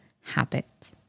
habit